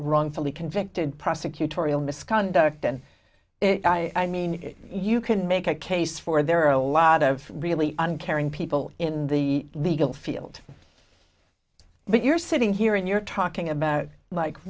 wrongfully convicted prosecutorial misconduct and i mean you can make a case for there are a lot of really uncaring people in the legal field but you're sitting here and you're talking about like